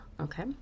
Okay